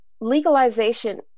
legalization